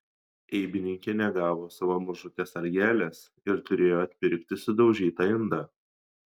eibininkė negavo savo mažutės algelės ir turėjo atpirkti sudaužytą indą